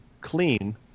clean